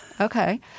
Okay